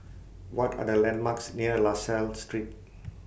What Are The landmarks near La Salle Street